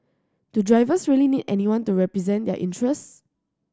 do drivers really need anyone to represent their interests